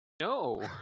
no